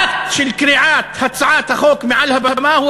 האקט של קריעת הצעת החוק מעל הבמה הוא